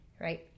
right